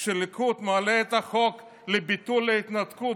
כשהליכוד מעלה את החוק לביטול ההתנתקות